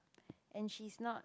and she's not